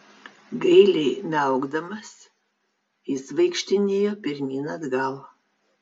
gailiai miaukdamas jis vaikštinėjo pirmyn atgal